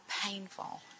painful